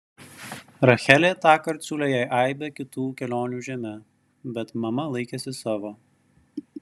rachelė tąkart siūlė jai aibę kitų kelionių žeme bet mama laikėsi savo